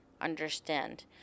understand